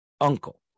uncle